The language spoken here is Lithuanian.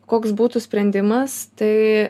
koks būtų sprendimas tai